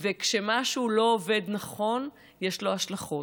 וכשמשהו לא עובד נכון יש לו השלכות,